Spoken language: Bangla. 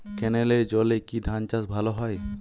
ক্যেনেলের জলে কি ধানচাষ ভালো হয়?